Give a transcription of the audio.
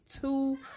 two